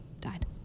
died